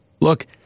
look